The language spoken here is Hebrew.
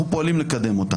אנחנו פועלים לקדם אותה.